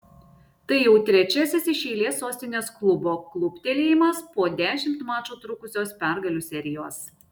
tai jau trečiasis iš eilės sostinės klubo kluptelėjimas po dešimt mačų trukusios pergalių serijos